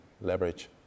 leverage